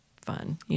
fun